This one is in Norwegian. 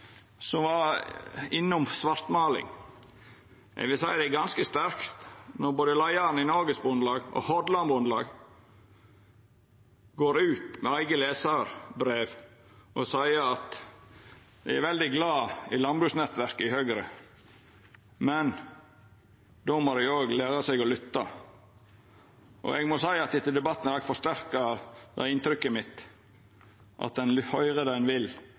vil seia det er ganske sterkt når både leiaren i Norges Bondelag og Hordaland Bondelag går ut med eige lesarbrev og seier at dei er veldig glad i landbruksnettverket i Høgre, men då må dei òg læra seg å lytta. Eg må seia at denne debatten har forsterka inntrykket mitt – ein høyrer det ein vil,